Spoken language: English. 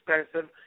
expensive